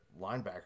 linebacker